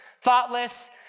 thoughtless